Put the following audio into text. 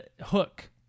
Hook